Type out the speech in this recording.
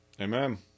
Amen